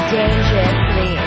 dangerously